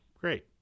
Great